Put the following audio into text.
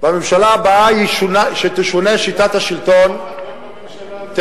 בממשלה הבאה, שתשונה שיטת השלטון, גם בממשלה הזאת.